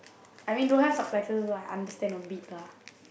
I mean don't have subtitles one I understand a bit lah